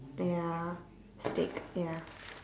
ya steak ya